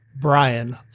Brian